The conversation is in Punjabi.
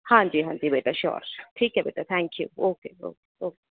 ਹਾਂਜੀ ਹਾਂਜੀ ਬੇਟਾ ਸ਼ੋਰ ਸ਼ੋਰ ਠੀਕ ਹੈ ਬੇਟਾ thank you okay okay okay